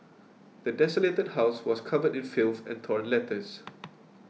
the desolated house was covered in filth and torn letters